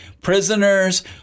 prisoners